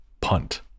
punt